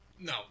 No